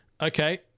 okay